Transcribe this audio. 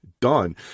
done